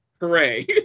hooray